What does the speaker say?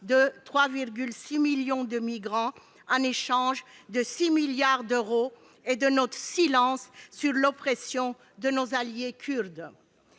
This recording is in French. de 3,6 millions de migrants en échange de 6 milliards d'euros et de notre silence sur l'oppression de nos alliés kurdes.